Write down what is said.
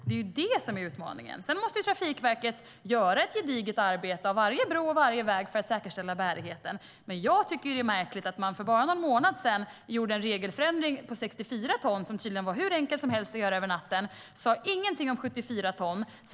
Det är det som är utmaningen. Trafikverket måste göra ett gediget arbete på varje bro och varje väg för att säkerställa bärigheten. Men jag tycker att detta är märkligt: För bara någon månad sedan gjorde man en regelförändring på 64 ton, som tydligen var hur enkel som helst att göra över natten. Man sa ingenting om 74 ton.